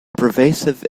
pervasive